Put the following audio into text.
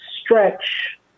stretch